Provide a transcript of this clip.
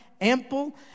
ample